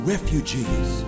refugees